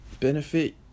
benefit